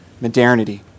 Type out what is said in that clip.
modernity